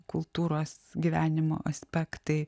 kultūros gyvenimo aspektai